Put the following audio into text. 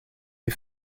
les